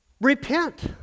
repent